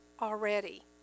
already